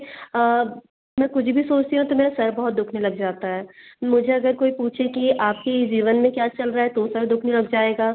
मैं कुछ भी सोचती हूँ तो मेरा सर बहुत दुखने लग जाता है मुझे अगर कोई पूछे कि आपके जीवन में क्या चल रहा है तो सर दुखने लग जाएगा